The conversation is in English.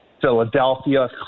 Philadelphia